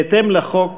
בהתאם לחוק,